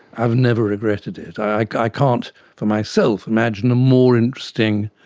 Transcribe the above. i've never regretted it. i like i can't for myself imagine a more interesting,